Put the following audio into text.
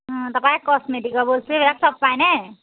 অঁ তাৰপৰা এই কচমেটিকৰ বস্তু ইয়াত চব পায়নে